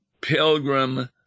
Pilgrim